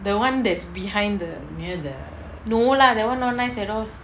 the one that's behind the no lah that one not nice at all